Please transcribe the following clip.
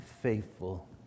faithful